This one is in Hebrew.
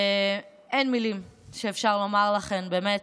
אין מילים שאפשר לומר לכן באמת.